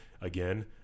Again